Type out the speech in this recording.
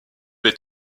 est